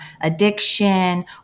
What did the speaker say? addiction